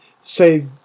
say